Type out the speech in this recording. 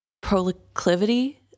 proclivity